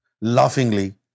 laughingly